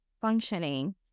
functioning